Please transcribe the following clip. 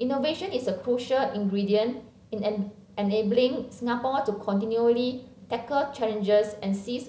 innovation is a crucial ingredient in enabling Singapore to continually tackle challenges and seize